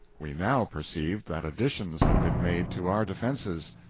we now perceived that additions had been made to our defenses.